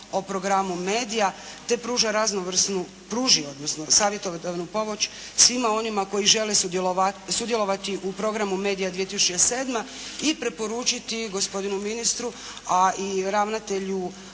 pruži odnosno savjetodavnu pomoć svima onima koji žele sudjelovati u programu MEDIA 2007. i preporučiti gospodinu ministru a i ravnatelju